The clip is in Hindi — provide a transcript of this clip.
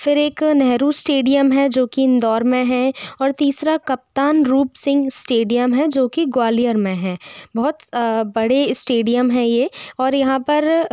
फिर एक नेहरू स्टेडियम है जोकि इंदौर में है और तीसरा कप्तान रूप सिंह स्टेडियम है जो कि ग्वालियर में है बहुत बड़े स्टेडियम हैं यह और यहाँ पर